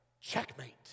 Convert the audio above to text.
Checkmate